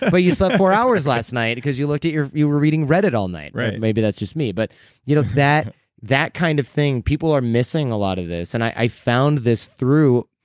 but but you slept four hours last night because you looked at your. you were reading reddit all night. maybe that's just me, but you know that that kind of thing. people are missing a lot of this and i found this through.